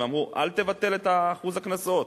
ואמרו: אל תבטל את אחוז הקנסות.